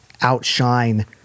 outshine